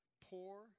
poor